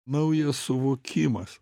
naujas suvokimas